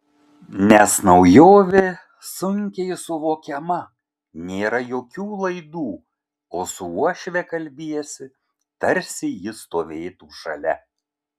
nes naujovė sunkiai suvokiama nėra jokių laidų o su uošve kalbiesi tarsi ji stovėtų šalia